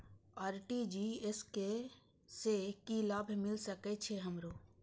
RTGS से की लाभ मिल सके छे हमरो?